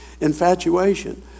Infatuation